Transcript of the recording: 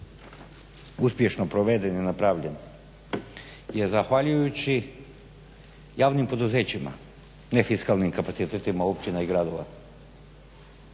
uspješno proveden i napravljen, je zahvaljujući javnim poduzećima, ne fiskalnim kapacitetima općina i gradova